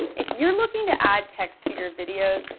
if you're looking to add text to your videos,